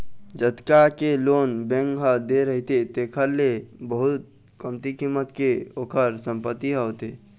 जतका के loan bank ह दे रहिथे तेखर ले बहुत कमती कीमत के ओखर संपत्ति ह होथे